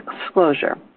disclosure